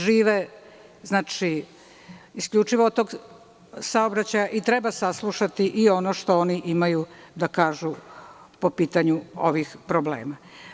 Žive znači isključivo od tog saobraćaja i treba saslušati i ono što oni imaju da kažu po pitanju ovih problema.